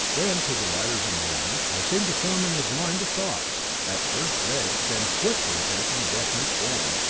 then to the latter's amazement, there seemed to form in his mind a thought at first vague, then quickly taking definite form.